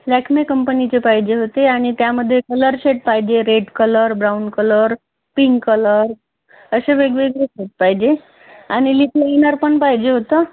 लॅक्मे कंपनीचे पाहिजे होते आणि त्यामध्ये कलर शेड पाहिजे red colour brown colour pink colour अशे वेगवेगळे शेड पाहिजे आणि लिप लैईनर पण पाहिजे होतं